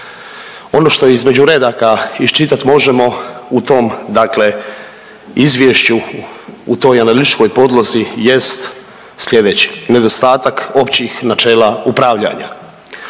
Ono što između redaka iščitat možemo u tom dakle izvješću, u toj analitičkoj podlozi jest slijedeće. Nedostatak općih načela upravljanja,